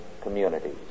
communities